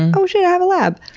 and oh shit! i have a lab!